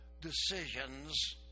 decisions